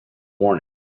morning